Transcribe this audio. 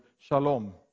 shalom